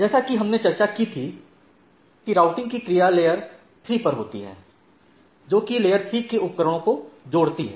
जैसा कि हमने चर्चा की थी कि राउटिंग की क्रिया लेयर 3 पर होती है जोकि लेयर 3 के उपकरणों को जोड़ती है